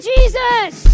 Jesus